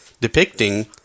depicting